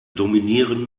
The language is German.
dominieren